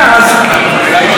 אני אענה, אני אתייחס.